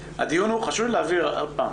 --- חברים, חשוב לי להבהיר עוד פעם.